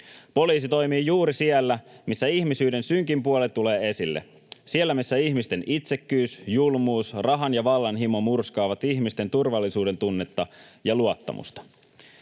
Poliisi toimii juuri siellä, missä ihmisyyden synkin puoli tulee esille, siellä missä ihmisten itsekkyys, julmuus, rahan ja vallan himo murskaavat ihmisten turvallisuudentunnetta ja luottamusta.